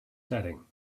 setting